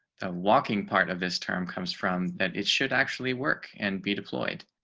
of walking part of this term comes from that it should actually work and be deployed.